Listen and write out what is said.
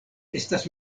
estas